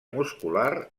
muscular